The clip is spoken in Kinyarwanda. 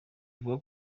avuga